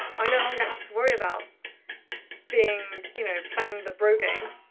i no longer have to worry about being, you know, playing the bro game.